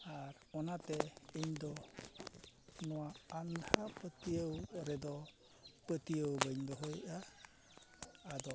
ᱟᱨ ᱚᱱᱟᱛᱮ ᱤᱧ ᱫᱚ ᱱᱚᱣᱟ ᱟᱱᱫᱷᱟ ᱯᱟᱹᱛᱭᱟᱹᱣ ᱨᱮᱫᱚ ᱯᱟᱹᱛᱭᱟᱹᱣ ᱵᱟᱹᱧ ᱫᱚᱦᱚᱭᱮᱜᱼᱟ ᱟᱫᱚ